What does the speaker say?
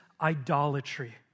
idolatry